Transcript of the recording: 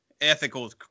ethical